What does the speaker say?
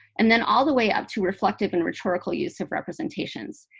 and then all the way up to reflective and rhetorical use of representations.